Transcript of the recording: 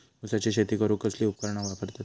ऊसाची शेती करूक कसली उपकरणा वापरतत?